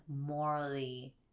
morally